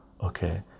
okay